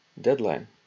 deadline